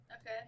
okay